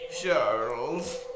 Charles